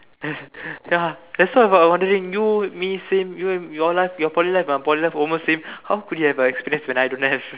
ya that's why I was wondering you me same and you your life your Poly life my poly life almost same how could you have an experience when I don't have